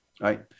right